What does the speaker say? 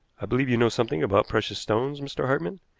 i believe you know something about precious stones, mr. hartmann?